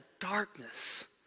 darkness